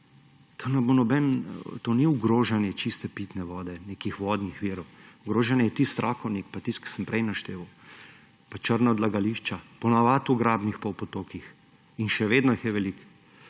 To ni ogrožanje čiste pitne vode, nekih vodnih virov. Ogrožanje je tisti Rakovnik, pa tisto, kar sem prej našteval, pa črna odlagališča, ponavadi v grabnih pa v potokih. In še vedno jih je veliko.